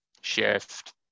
shift